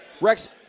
rex